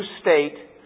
state